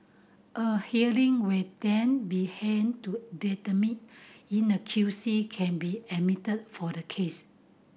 a hearing will then be held to determine in a Q C can be admitted for the case